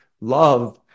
love